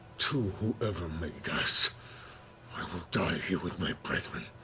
to whoever made us. i will die here with my brethren.